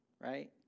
right